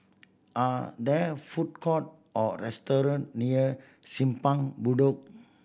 are there food court or restaurant near Simpang Bedok